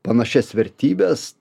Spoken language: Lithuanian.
panašias vertybes